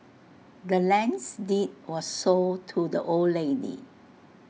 the land's deed was sold to the old lady